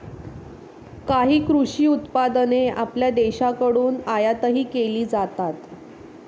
काही कृषी उत्पादने आपल्या देशाकडून आयातही केली जातात